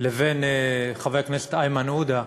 לבין חבר הכנסת איימן עודה.